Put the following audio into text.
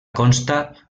consta